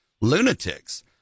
lunatics